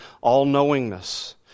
all-knowingness